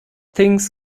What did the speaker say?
things